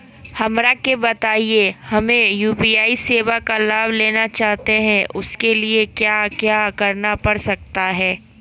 हमरा के बताइए हमें यू.पी.आई सेवा का लाभ लेना चाहते हैं उसके लिए क्या क्या करना पड़ सकता है?